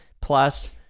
plus